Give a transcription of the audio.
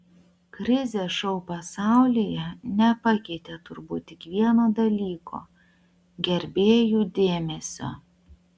krizė šou pasaulyje nepakeitė turbūt tik vieno dalyko gerbėjų dėmesio